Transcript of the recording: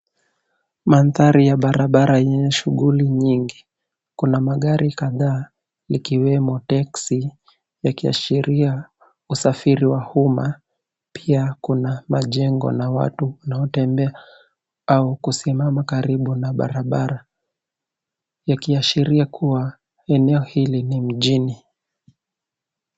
Mandhari ya barabara yenye shughuli nyingi. Kuna magari kadhaa likiwemo teksi yakiashiria usafiri wa umma. Pia kuna majengo na watu wanaotembea au kusimama karibu na barabara yakiashiria kuwa eneo hili ni mjini.